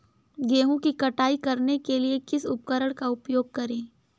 गेहूँ की कटाई करने के लिए किस उपकरण का उपयोग करें?